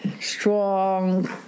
strong